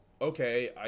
okay